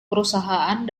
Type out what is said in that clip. perusahaan